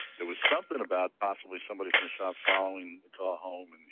there was something about ah somebody somebody from the shop following the car home, and